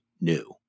new